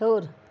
ہیوٚر